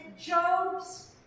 Job's